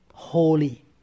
holy